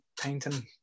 painting